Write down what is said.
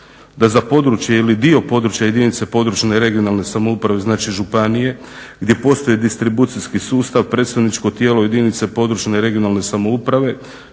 da za područje ili dio područja jedinice područne regionalne samouprave znači županije gdje postoji distribucijski sustav, predstavničko tijelo jedinice područne regionalne samouprave